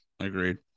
Agreed